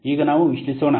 ಈಗ ನಾವು ವಿಶ್ಲೇಷಿಸೋಣ